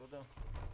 תודה רבה.